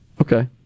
Okay